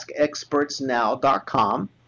askexpertsnow.com